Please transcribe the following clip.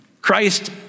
Christ